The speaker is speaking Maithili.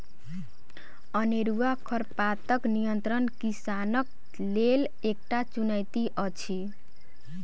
अनेरूआ खरपातक नियंत्रण किसानक लेल एकटा चुनौती अछि